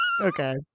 Okay